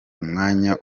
umwanya